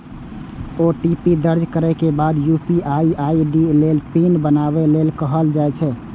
OTP दर्ज करै के बाद यू.पी.आई आई.डी लेल पिन बनाबै लेल कहल जाइ छै